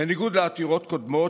בניגוד לעתירות קודמות,